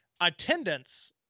attendance